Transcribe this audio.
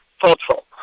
thoughtful